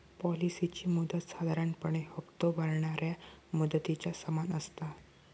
पॉलिसीची मुदत साधारणपणे हप्तो भरणाऱ्या मुदतीच्या समान असता